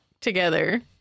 together